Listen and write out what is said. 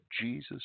Jesus